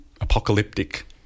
apocalyptic